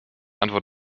antwort